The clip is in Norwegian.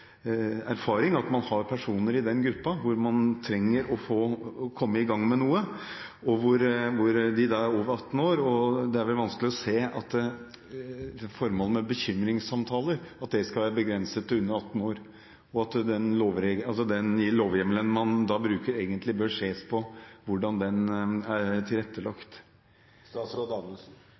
erfaring at man har en gruppe personer over 18 år hvor man trenger å komme i gang med noe. Det er vanskelig å se at bekymringssamtaler skal være begrenset til dem under 18 år. Hvordan den lovhjemmelen man bruker, er tilrettelagt, bør egentlig ses på. Jeg vil presisere at denne måten å bruke bekymringssamtaler på, ikke er begrenset til personer under 18 år. Bekymringssamtaler brukes for en langt større gruppe, men da er den